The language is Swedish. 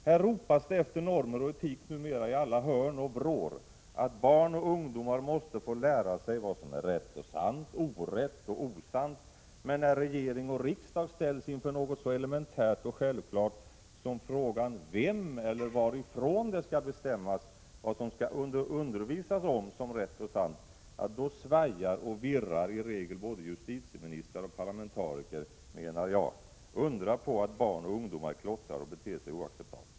Här ropas det efter normer och etik numera i alla hörn och vrår, att barn och ungdomar måste få lära sig vad som är rätt och sant, orätt och osant — men när regering och riksdag ställs inför något så elementärt och självklart som frågan vem som skall bestämma eller varifrån det skall bestämmas vad man skall undervisa om som rätt och sant, då svajar och virrar i regel både justitieministrar och parlamentariker. Undra på att barn och ungdomar klottrar och beter sig oacceptabelt!